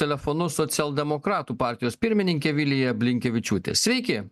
telefonu socialdemokratų partijos pirmininkė vilija blinkevičiūtė sveiki